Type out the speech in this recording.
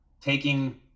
taking